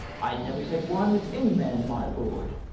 i never take wine with any man, my lord,